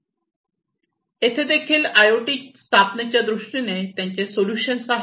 येथे देखील आयओटीच्या स्थापनेच्या दृष्टीने त्यांचे सोल्यूशन्स आहे